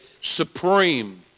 supreme